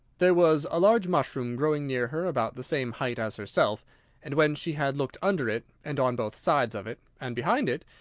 there was a large mushroom growing near her, about the same height as herself and, when she had looked under it, and on both sides of it, and behind it,